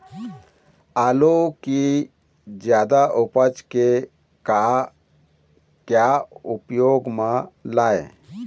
आलू कि जादा उपज के का क्या उपयोग म लाए?